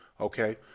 okay